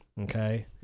okay